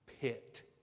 pit